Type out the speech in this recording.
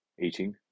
eating